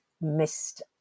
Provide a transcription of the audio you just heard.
missed